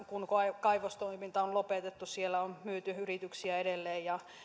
kun kaivostoiminta on lopetettu siellä on myyty yrityksiä edelleen ja